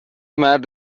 مرد